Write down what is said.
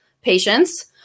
patients